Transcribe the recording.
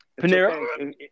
Panera